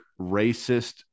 racist